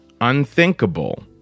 Unthinkable